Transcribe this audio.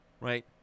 Right